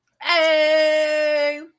Hey